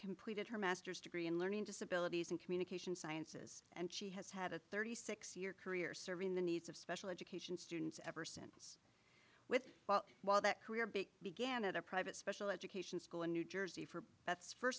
completed her master's degree in learning disabilities and communication sciences and she has had a thirty six year career serving the needs of special education students ever since with well while that career big began at a private special education school in new jersey for that's